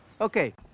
Okay